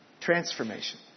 transformation